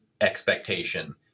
expectation